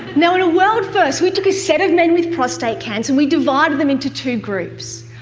now, in a world-first we took a set of men with prostate cancer and we divided them into two groups,